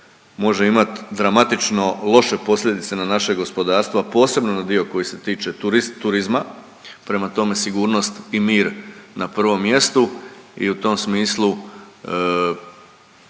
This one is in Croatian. može imati dramatično loše posljedice na naše gospodarstvo, a posebno na dio koji se tiče turizma. Prema tome, sigurnost i mir na prvom mjestu i u tom smislu